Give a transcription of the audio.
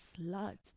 sluts